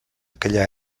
aquella